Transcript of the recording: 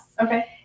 Okay